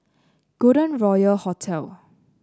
Golden Royal Hotel